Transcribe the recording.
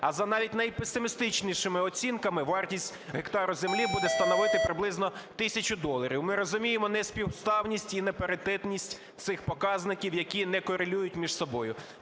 А за навіть найпесимістичнішими оцінками вартість гектару землі буде становити приблизно тисячу доларів. Ми розуміємо неспівставність і непаритетність цих показників, які не корелюють між собою.